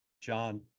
John